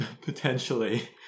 potentially